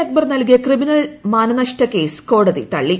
അക്ബർ നൽകിയ ക്രിമിനൽ മാനനഷ്ട കേസ് കോടതി തള്ളി